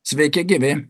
sveiki gyvi